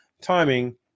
timing